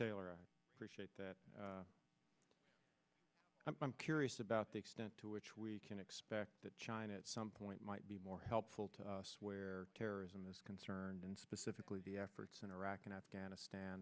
taylor appreciate that i'm curious about the extent to which we connect back to china at some point might be more helpful to us where terrorism is concerned and specifically the efforts in iraq and afghanistan